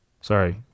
Sorry